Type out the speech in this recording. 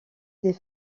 des